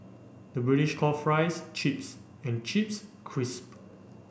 the British call fries chips and chips crisp